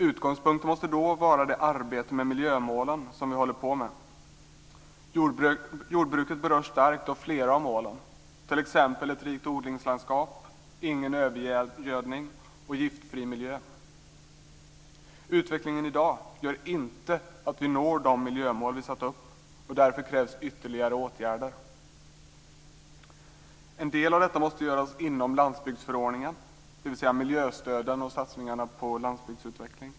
Utgångspunkten måste då vara det arbete med miljömålen som vi håller på med. Jordbruket berörs starkt av flera av målen, t.ex. ett rikt odlingslandskap, ingen övergödning och en giftfri miljö. Utvecklingen i dag gör inte att vi når de miljömål som vi har satt upp, och därför krävs det ytterligare åtgärder. En del av detta måste göras inom landsbygdsförordningen, dvs. miljöstöden och satsningarna på landsbygdsutveckling.